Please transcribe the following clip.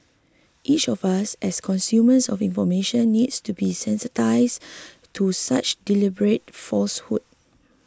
each of us as consumers of information needs to be sensitised to such deliberate falsehood